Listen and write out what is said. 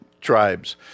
tribes